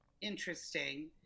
interesting